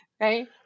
right